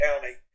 county